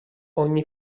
ogni